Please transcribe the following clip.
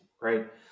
right